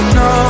no